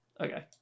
Okay